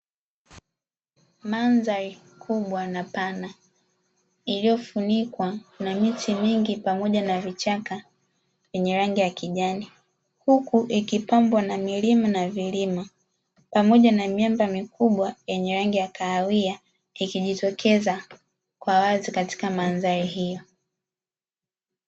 Mandhari kubwa na pana, iliyofunikwa na miti mingi pamoja na vichaka vyenye rangi ya kijani, huku ikipambwa na milima na vilima, pamoja na miamba mikubwa yenye rangi ya kahawia, ikijitokeza kwa wazi katika mandhari hiyo.